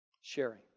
Sharing